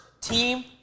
team